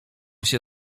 się